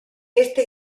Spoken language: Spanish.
esta